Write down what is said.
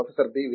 professor B